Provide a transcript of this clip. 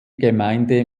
gemeinde